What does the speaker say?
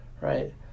right